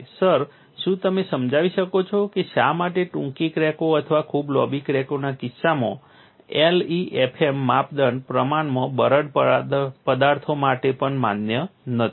sir શું તમે સમજાવી શકો છો કે શા માટે ટૂંકી ક્રેકો અથવા ખૂબ લાંબી ક્રેકોના કિસ્સામાં LEFM માપદંડ પ્રમાણમાં બરડ પદાર્થો માટે પણ માન્ય નથી